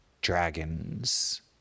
dragons